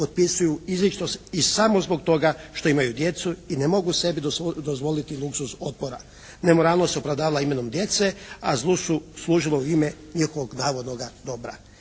potpisuju izričito i samo zbog toga što imaju djecu i ne mogu sebi dozvoliti luksuz otpora. Nemoralnost opravdavala imenom djece, a zlu su služilo u ime njihovog navodnog dobra.